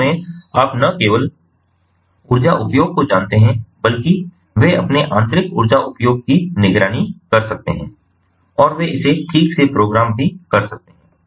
वास्तव में आप न केवल ऊर्जा उपयोग को जानते हैं बल्कि वे अपने आंतरिक ऊर्जा उपयोग की निगरानी कर सकते हैं और वे इसे ठीक से प्रोग्राम भी कर सकते हैं